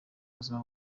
ubuzima